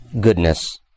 goodness